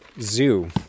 Zoo